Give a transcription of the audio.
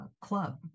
club